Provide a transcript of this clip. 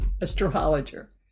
astrologer